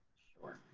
sure.